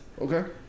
Okay